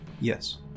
Yes